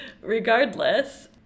regardless